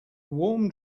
warm